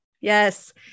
Yes